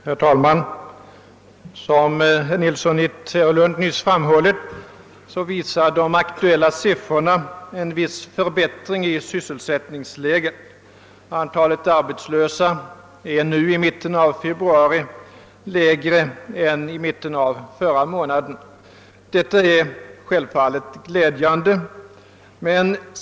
Herr talman! Som herr Nilsson i Tvärålund nyss framhöll visar de aktuella siffrorna en viss förbättring i sysselsättningsläget. Antalet arbetslösa är nu i mitten av februari lägre än vid motsvarande tid i förra månaden. Detta är självfallet glädjande.